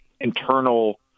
internal